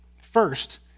First